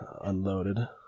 unloaded